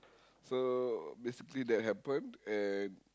so basically that happened and